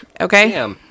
okay